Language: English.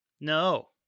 No